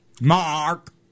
Mark